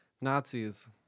Nazis